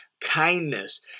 kindness